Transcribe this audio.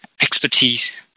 expertise